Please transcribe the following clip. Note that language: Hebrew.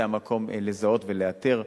זה המקום לזהות ולאתר.